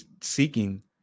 seeking